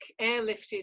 airlifted